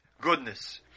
goodness